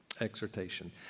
exhortation